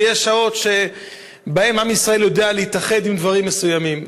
ויש שעות שבהן עם ישראל יודע להתאחד עם דברים מסוימים.